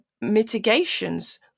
mitigations